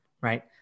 Right